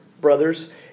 brothers